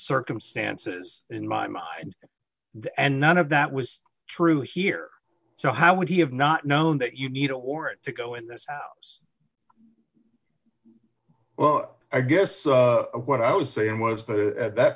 circumstances in my mind and none of that was true here so how would he have not known that you need a warrant to go in this house well i guess what i was saying was that at that